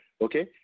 Okay